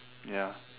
ya